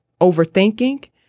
overthinking